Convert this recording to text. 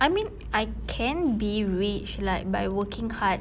I mean I can be rich like by working hard